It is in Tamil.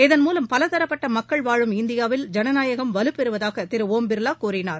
இதன்மூலம் பலதரப்பட்ட மக்கள் வாழும் இந்தியாவில் ஜனநாயகம் வலுப்பெறுவதாக திரு ஒம்பிர்லா கூறினார்